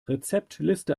rezeptliste